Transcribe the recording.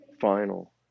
final